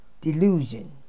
delusion